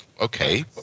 okay